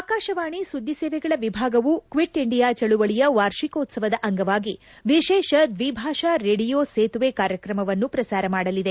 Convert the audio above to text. ಅಕಾಶವಾಣಿ ಸುದ್ದಿ ಸೇವೆಗಳ ವಿಭಾಗವು ಕ್ವಿಟ್ ಇಂಡಿಯಾ ಚಳವಳಿಯ ವಾರ್ಷಿಕೋತ್ಸ ವದ ಅಂಗವಾಗಿ ವಿಶೇಷ ದ್ವಿಭಾಷಾ ರೋಡಿಯೊ ಸೇತುವೆ ಕಾರ್ಯಕ್ರಮವನ್ನು ಪ್ರಸಾರ ಮಾಡಲಿದೆ